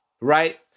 right